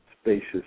spacious